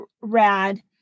rad